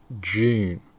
June